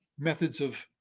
methods of